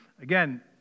again